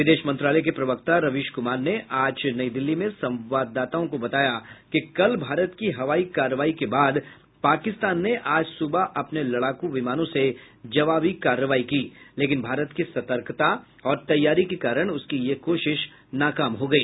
विदेश मंत्रालय के प्रवक्ता रवीश कुमार ने आज नई दिल्ली में संवाददाताओं को बताया कि कल भारत की हवाई कार्रवाई के बाद पाकिस्तान ने आज सुबह अपने लड़ाकू विमानों से जवाबी कार्रवाई की लेकिन भारत की सतर्कता और तैयारी के कारण उसकी यह कोशिश नाकाम हो गई